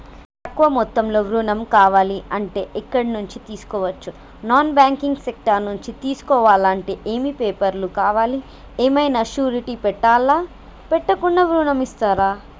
తక్కువ మొత్తంలో ఋణం కావాలి అంటే ఎక్కడి నుంచి తీసుకోవచ్చు? నాన్ బ్యాంకింగ్ సెక్టార్ నుంచి తీసుకోవాలంటే ఏమి పేపర్ లు కావాలి? ఏమన్నా షూరిటీ పెట్టాలా? పెట్టకుండా ఋణం ఇస్తరా?